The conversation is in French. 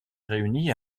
réunie